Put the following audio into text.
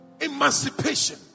emancipation